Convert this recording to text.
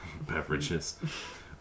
beverages